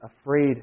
afraid